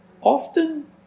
Often